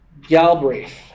Galbraith